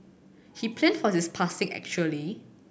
he planned for his passing actually